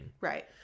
Right